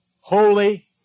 holy